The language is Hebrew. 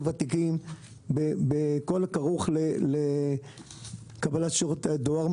ותיקים בכל מה שקשור לקבלת שירותי הדואר.